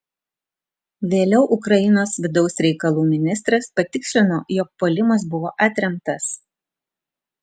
vėliau ukrainos vidaus reikalų ministras patikslino jog puolimas buvo atremtas